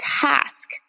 task